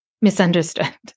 misunderstood